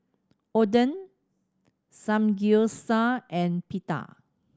Oden Samgyeopsal and Pita